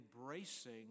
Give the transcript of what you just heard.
embracing